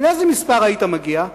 לאיזה מספר היית מגיע?